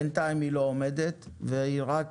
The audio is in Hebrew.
בינתיים היא לא עומדת והיא רק